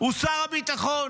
הוא שר הביטחון,